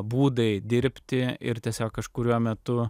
būdai dirbti ir tiesiog kažkuriuo metu